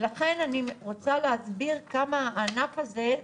הענף הזה,